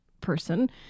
person